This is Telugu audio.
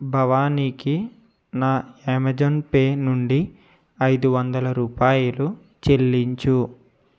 భవానీకి నా అమేజాన్ పే నుండి ఐదువందల రూపాయలు చెల్లించు